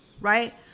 right